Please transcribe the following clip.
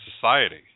society